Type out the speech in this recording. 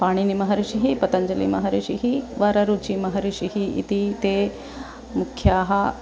पाणिनिमहर्षिः पतञ्जलिमहर्षिः वररुचिमहर्षिः इति ते मुख्याः